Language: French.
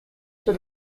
sur